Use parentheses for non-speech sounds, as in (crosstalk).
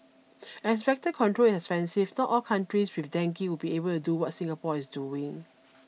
(noise) as vector control is expensive not all countries with dengue would be able to do what Singapore is doing